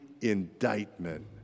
indictment